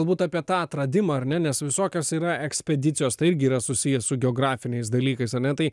galbūt apie tą atradimą ar ne nes visokios yra ekspedicijos tai irgi yra susiję su geografiniais dalykais ar ne tai